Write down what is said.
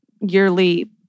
yearly